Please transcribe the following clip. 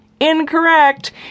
incorrect